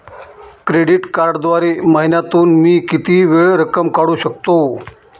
Credit कार्डद्वारे महिन्यातून मी किती वेळा रक्कम काढू शकतो?